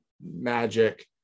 Magic